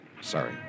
Sorry